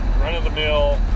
run-of-the-mill